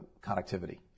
connectivity